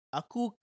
aku